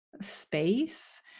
space